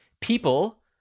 people